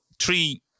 three